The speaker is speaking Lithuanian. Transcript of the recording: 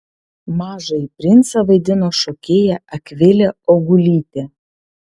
mažąjį princą vaidino šokėja akvilė augulytė